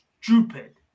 Stupid